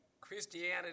Christianity